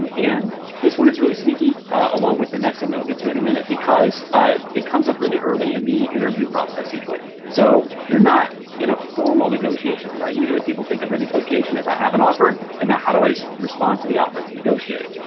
and this one is really sneaky along with the next one that we'll get to in a minute because ah it comes up really early in the interview process usually. so you're not in a formal negotiation, right? usually people think of the negotiation as i have an offer and now how do i respond to the offer to negotiate?